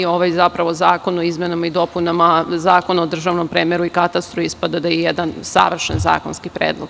Ovaj zakon o izmenama i dopunama Zakona o državnom premeru i katastru ispada da je jedan savršen zakonski predlog.